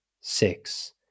six